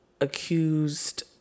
accused